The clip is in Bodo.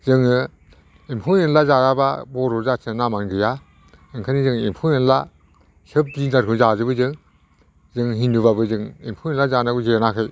जोङो एम्फौ एनला जायाबा बर' जाथिया नामानो गैया ओंखायनो जों एम्फौ एनला सोब जुनारखौ जाजोबो जों जों हिन्दुबाबो जों एम्फौ एनला जानायखौ जेनाखै